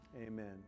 Amen